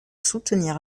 soutenir